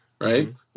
right